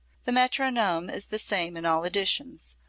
the metronome is the same in all editions,